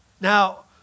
Now